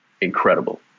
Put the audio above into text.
incredible